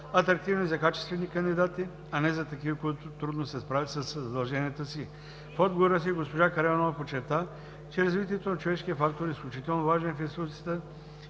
атрактивни за качествени кандидати, а не за такива, които трудно се справят със задълженията си? В отговора си госпожа Караиванова подчерта, че развитието на човешкия фактор е изключително важен в институция,